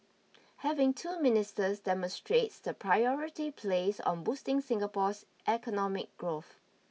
having two ministers demonstrates the priority placed on boosting Singapore's economic growth